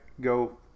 go